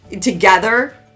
together